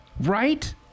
right